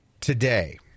today